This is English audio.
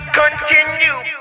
continue